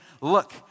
look